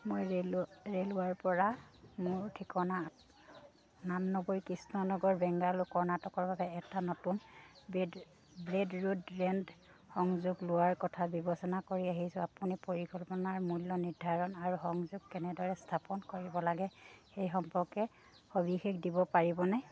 মই ৰেলৰ ৰেলৱায়াৰৰপৰা মোৰ ঠিকনাৰ ঊনানব্বৈ কৃষ্ণ নগৰ বেংগালুৰু কৰ্ণাটকৰ বাবে এটা নতুন ব্ৰডবেণ্ড সংযোগ লোৱাৰ কথা বিবেচনা কৰি আহিছোঁ আপুনি পৰিকল্পনা মূল্য নিৰ্ধাৰণ আৰু সংযোগ কেনেদৰে স্থাপন কৰিব লাগে সেই সম্পৰ্কে সবিশেষ দিব পাৰিবনে